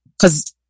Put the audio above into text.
cause